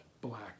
black